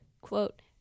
quote